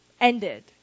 ended